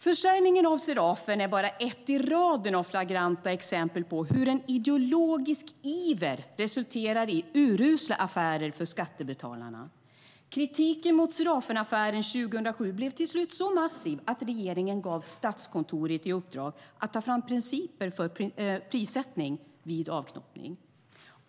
Försäljningen av Serafen är bara ett i raden av flagranta exempel på hur en ideologisk iver resulterar i urusla affärer för skattebetalarna. Kritiken mot Serafenaffären 2007 blev till slut så massiv att regeringen gav Statskontoret i uppdrag att ta fram principer för prissättning vid avknoppning.